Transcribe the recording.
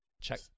Check